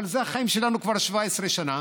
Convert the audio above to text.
אבל זה החיים שלנו כבר 17 שנה.